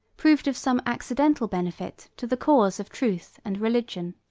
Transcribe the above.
proved of some accidental benefit to the cause of truth and religion.